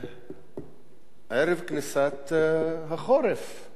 ערב כניסת החורף.